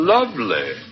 Lovely